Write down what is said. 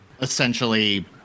essentially